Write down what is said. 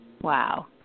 Wow